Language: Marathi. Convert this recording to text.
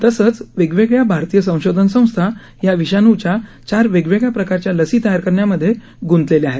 तसंच वेगवेगळ्या भारतीय संशोधन संस्था या विषाणूच्या चार वेगवेगळ्या प्रकारच्या लसी तयार करण्यामध्ये ग्रंतलेल्या आहेत